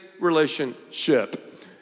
relationship